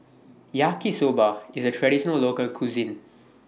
Yaki Soba IS A Traditional Local Cuisine